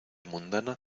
mundana